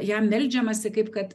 jam meldžiamasi kaip kad